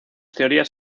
teorías